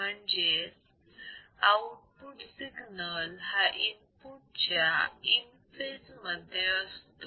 म्हणजेच output signal हा input च्या इन फेज मध्ये असतो